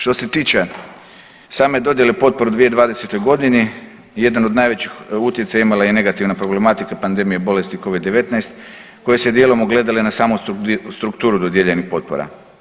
Što se tiče same dodijele potpora u 2020.g. jedan od najvećih utjecaja imala je i negativna problematika pandemije bolesti covid-19 koja se dijelom ogledala i na samu strukturu dodijeljenih potpora.